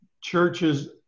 churches